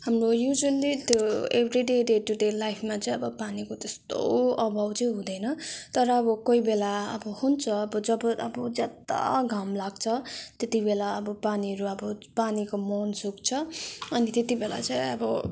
हाम्रो युज्वली त्यो एउटै डे डे टु डे लाइफमा चाहिँ अब पानीको त्यस्तो अभाव चाहिँ हुँदैन तर अब कोही बेला अब हुन्छ अब जब अब ज्यादा घाम लाग्छ त्यति बेला अब पानीहरू अब पानीको मुहान सुक्छ अनि त्यत्ति बेला चाहिँ अब